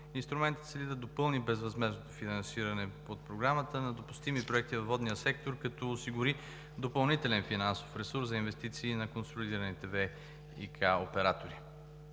Инструментът цели да допълни безвъзмездното финансиране от Програмата на допустими проекти във водния сектор, като осигури допълнителен финансов ресурс за инвестиции на консолидираните ВиК оператори.